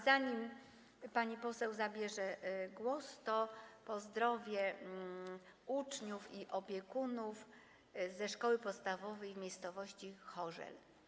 Zanim pani poseł zabierze głos, to chciałabym pozdrowić uczniów i opiekunów ze szkoły podstawowej w miejscowości Chorzele.